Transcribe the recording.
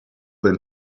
than